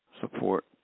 support